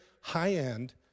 high-end